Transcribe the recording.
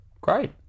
great